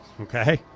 okay